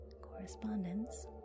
Correspondence